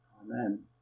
Amen